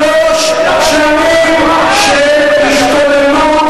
שלוש שנים של השתוללות,